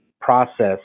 process